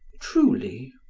truly?